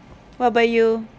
what about you